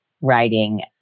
writing